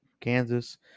Kansas